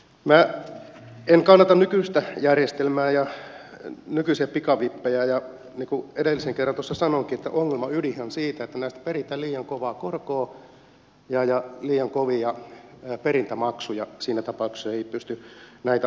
minä en kannata nykyistä järjestelmää enkä nykyisiä pikavippejä ja niin kuin edellisen kerran tuossa sanoinkin että ongelman ydinhän on siinä että näistä peritään liian kovaa korkoa ja liian kovia perintämaksuja siinä tapauksessa että ei pysty näitä hoitamaan